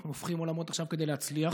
אנחנו הופכים עולמות עכשיו כדי להצליח.